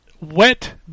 Wet